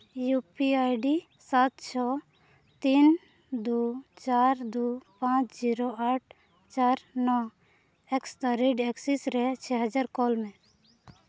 U P ID ᱥᱟᱛ ᱪᱷᱚ ᱛᱤᱱ ᱫᱩ ᱪᱟᱨ ᱫᱩ ᱯᱟᱸᱪ ᱡᱤᱨᱳ ᱟᱴ ᱪᱟᱨ ᱱᱚ ᱮᱠᱥᱫᱟ ᱨᱮᱹᱴ ᱮᱠᱥᱤᱥ ᱨᱮ ᱪᱷᱮ ᱦᱟᱡᱟᱨ ᱠᱚᱞ ᱢᱮ